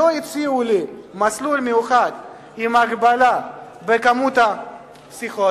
שלא יציעו לי מסלול מיוחד עם הגבלה בכמות השיחות,